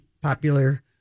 popular